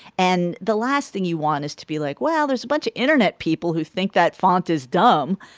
and the last thing you want is to be like well there's a bunch of internet people who think that font is dumb.